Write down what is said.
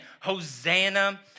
Hosanna